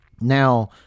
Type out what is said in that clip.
now